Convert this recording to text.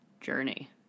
journey